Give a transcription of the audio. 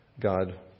God